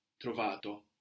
trovato